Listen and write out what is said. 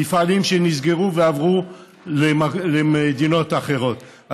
מפעלים שנסגרו ועברו למדינות אחרות.